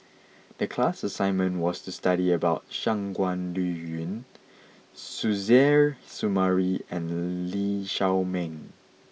the class assignment was to study about Shangguan Liuyun Suzairhe Sumari and Lee Shao Meng